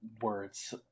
words